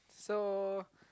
so